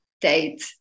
date